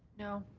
no.